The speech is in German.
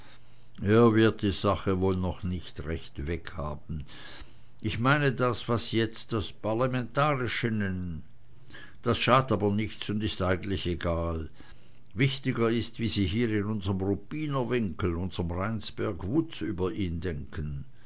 er wird wohl die sache noch nicht recht weghaben ich meine das was sie jetzt das parlamentarische nennen das schadt aber nichts und ist eigentlich egal wichtiger is wie sie hier in unserm ruppiner winkel in unserm rheinsberg wutz über ihn denken